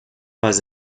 pas